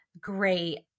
great